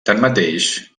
tanmateix